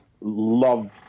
love